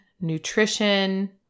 nutrition